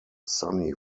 sunny